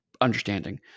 understanding